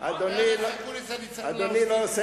זה דבר פשוט, לא?